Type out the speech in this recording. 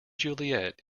juliet